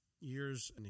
years